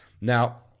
Now